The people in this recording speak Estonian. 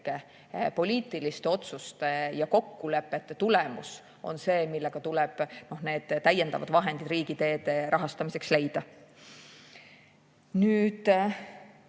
poliitiliste otsuste ja kokkulepete tulemus see, mille alusel tuleb need täiendavad vahendid riigiteede rahastamiseks leida.